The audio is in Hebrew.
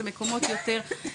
זה מקומות יותר,